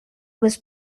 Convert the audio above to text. was